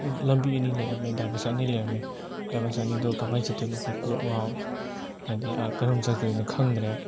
ꯂꯝꯕꯤ ꯑꯅꯤ ꯂꯩꯔꯝꯃꯦ ꯗꯥꯏꯕꯔꯁꯟ ꯑꯅꯤ ꯂꯩꯔꯝꯃꯦ ꯗꯥꯏꯕꯔꯁꯟ ꯑꯅꯤꯗꯣ ꯀꯃꯥꯏꯅ ꯆꯠꯇꯣꯏꯅꯣ ꯑꯩꯈꯣꯏ ꯀꯣꯛ ꯉꯥꯎꯔꯦ ꯍꯥꯏꯗꯤ ꯀꯔꯣꯝ ꯆꯠꯇꯣꯏꯅꯣ ꯈꯪꯗ꯭ꯔꯦꯕ